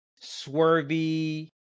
swervy